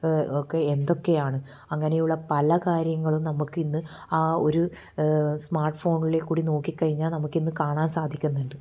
ഒക്കെ എന്തൊക്കെയാണ് അങ്ങനെയുള്ള പല കാര്യങ്ങളും നമുക്ക് ഇന്ന് ആ ഒരു സ്മാർട്ഫോണിൽക്കൂടി നോക്കിക്കഴിഞ്ഞാൽ നമുക്ക് ഇന്ന് കാണാൻ സാധിക്കുന്നുണ്ട്